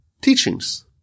teachings